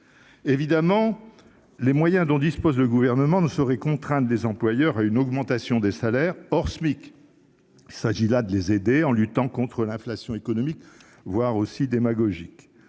Évidemment, les moyens dont dispose le Gouvernement ne sauraient contraindre les employeurs à une augmentation des salaires hors SMIC. Il s'agit là de les aider, en luttant contre l'inflation économique, mais également démagogique